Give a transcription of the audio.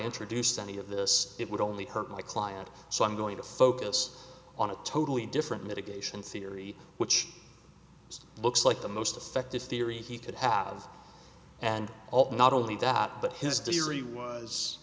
introduced any of this it would only hurt my client so i'm going to focus on a totally different mitigation theory which this looks like the most effective theory he could have and not only that but history was